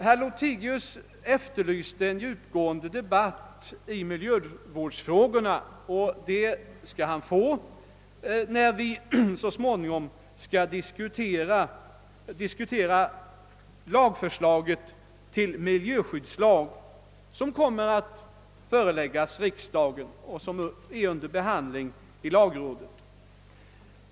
Herr Lothigius efterlyste en debatt i miljövårdsfrågorna, och en sådan de batt skall han få, när vi så småningom skall diskutera förslaget om miljöskyddslag, som kommer att föreläggas riksdagen och som är under behandling i lagrådet.